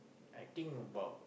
I think about